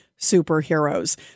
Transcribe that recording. superheroes